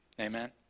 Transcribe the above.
Amen